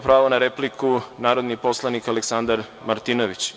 Pravo na repliku ima narodni poslanik Aleksandar Martinović.